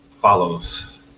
follows